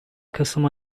kasım